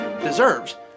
deserves